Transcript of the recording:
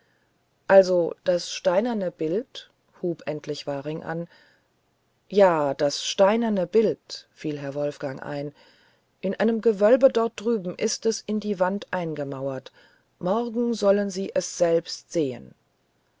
also das steinerne bild hub endlich waring an ja das steinerne bild fiel herr wolfgang ein in einem gewölbe dort drüben ist es in die wand eingemauert morgen sollen sie es selbst sehen